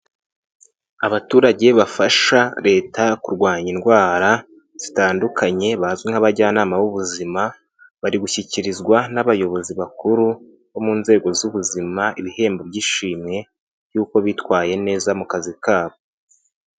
Abaturage bafasha leta kurwanya indwara zitandukanye bazwi nk'abajyanama b'ubuzima, bari gushyikirizwa n'abayobozi bakuru bo mu nzego z'ubuzima ibihembo by'ishimwe, yuko bitwaye neza mu kazi kabo.